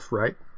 right